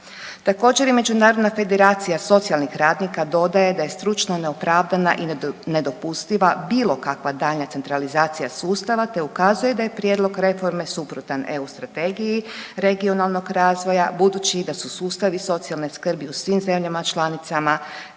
Također i Međunarodna federacija socijalnih radnika dodaje da stručno neopravdana i nedopustiva bilo kakva daljnja centralizacija sustava te ukazuje da je prijedlog reforme suprotan EU strategiji regionalnog razvoja budući da su sustavi socijalne skrbi u svim zemljama članicama